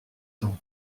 temps